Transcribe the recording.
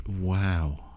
Wow